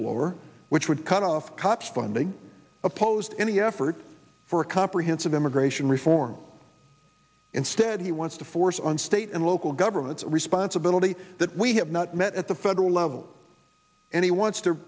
floor which would cut off cops funding opposed any effort for a comprehensive immigration reform instead he wants to force on state and local governments a responsibility that we have not met at the federal level and he wants to